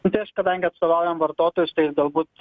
nu tai aš kadangi atstovaujam vartotojus tai aš galbūt